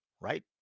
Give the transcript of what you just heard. right